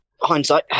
hindsight